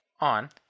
on